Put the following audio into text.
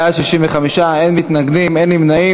בעד, 65, אין מתנגדים, אין נמנעים.